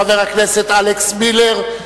חבר הכנסת אלכס מילר.